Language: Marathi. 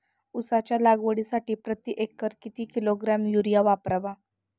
उसाच्या लागवडीसाठी प्रति एकर किती किलोग्रॅम युरिया वापरावा?